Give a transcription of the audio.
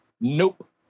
nope